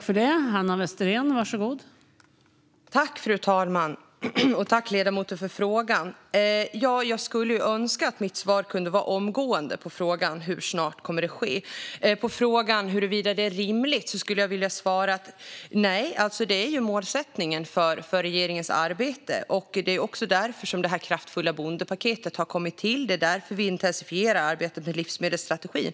Fru talman! Tack, ledamoten, för frågan! Jag skulle önska att mitt svar på frågan om hur snart det kommer att ske kunde vara "omgående". På frågan huruvida det är rimligt skulle jag vilja svara: Nej, det är målsättningen för regeringens arbete. Det är också därför det kraftfulla bondepaketet har kommit till, och det är därför vi intensifierar arbetet med livsmedelsstrategin.